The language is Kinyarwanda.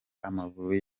amavubi